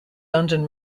london